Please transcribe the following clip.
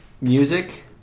Music